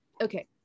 Okay